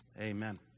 amen